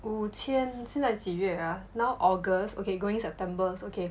五千现在几月 ah now august okay going september okay okay